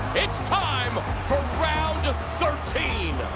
it's time for round thirteen.